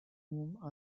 whom